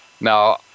Now